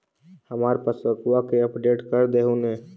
हमार पासबुकवा के अपडेट कर देहु ने?